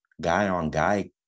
guy-on-guy